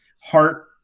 heart